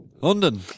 London